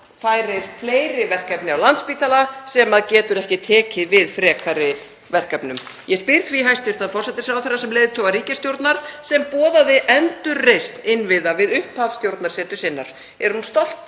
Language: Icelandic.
færir fleiri verkefni á Landspítala sem getur ekki tekið við frekari verkefnum? Ég spyr því hæstv. forsætisráðherra, sem leiðtoga ríkisstjórnar sem boðaði endurreisn innviða við upphaf stjórnarsetu sinnar: